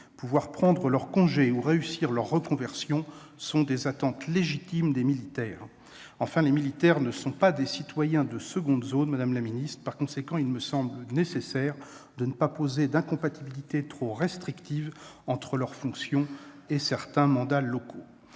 pouvoir prendre leurs congés ou réussir leur reconversion, ce sont autant d'attentes légitimes des militaires. En outre, ces derniers ne sont pas des citoyens de seconde zone. Par conséquent, il me semble nécessaire de ne pas poser d'incompatibilités trop restrictives entre leurs fonctions et certains mandats locaux.